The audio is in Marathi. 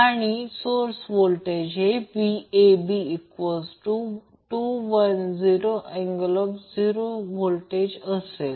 माझे म्हणणे आहे की सर्किटसारखे जर असे काढले तर ते असे काहीतरी असेल